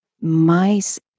mice